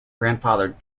grandfather